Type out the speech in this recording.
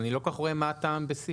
אני לא כל כך רואה מה הטעם בשיח.